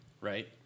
right